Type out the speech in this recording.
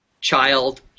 child